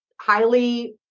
highly